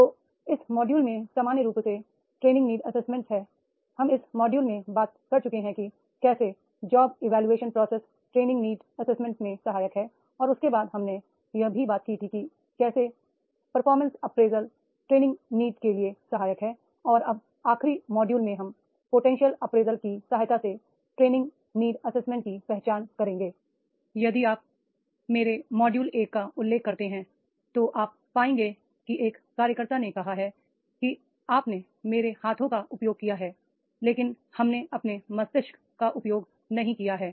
तो इस मॉड्यूल में सामान्य रूप से ट्रे निंग नीड एसेसमेंट है हम इस मॉड्यूल में बात कर चुके हैं कि कैसे job evaluation process training need assessment में सहायक है और उसके बाद हमने यह भी बात की थी कि कैसे performance appraisal training need के लिए सहायक है और अब आखरी मॉड्यूल में हम पोटेंशियल अप्रेजल की सहायता से ट्रे निंग नीड एसेसमेंट की पहचान करेंगे यदि आप मेरे मॉड्यूल 1 का उल्लेख करते हैं तो आप पाएंगे कि एक कार्यकर्ता ने कहा है कि आपने मेरे हाथों का उपयोग किया है लेकिन हमने अपने मस्तिष्क का उपयोग नहीं किया है